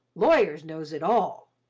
lawyers knows it all.